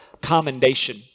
commendation